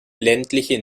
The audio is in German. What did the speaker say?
ländliche